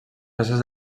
peces